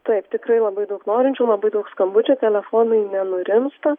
taip tikrai labai daug norinčių labai daug skambučių telefonai nenurimsta